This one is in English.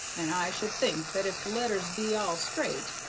and i should think that if the letters be all straight,